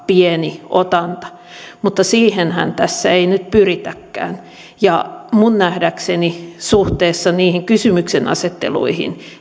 pieni otanta mutta siihenhän tässä ei nyt pyritäkään ja minun nähdäkseni suhteessa niihin kysymyksenasetteluihin